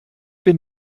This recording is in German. bin